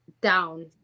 down